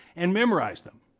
and memorize them.